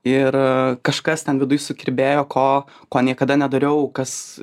ir kažkas ten viduj sukirbėjo ko ko niekada nedariau kas